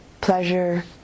pleasure